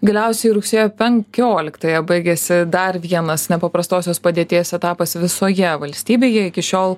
galiausiai rugsėjo penkioliktąją baigėsi dar vienas nepaprastosios padėties etapas visoje valstybėje iki šiol